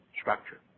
structure